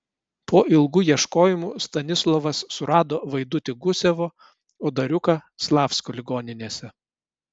po ilgų ieškojimų stanislovas surado vaidutį gusevo o dariuką slavsko ligoninėse